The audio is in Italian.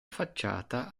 facciata